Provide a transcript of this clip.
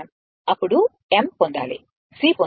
అప్పుడు m పొందాలి C పొందాలి